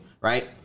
right